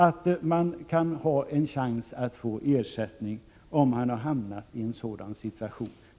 att han kan få en chans till ersättning, om han har hamnat i en sådan situation.